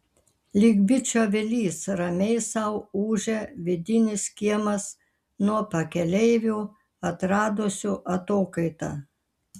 lyg bičių avilys ramiai sau ūžia vidinis kiemas nuo pakeleivių atradusių atokaitą